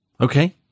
okay